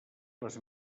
les